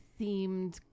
themed